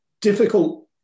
difficult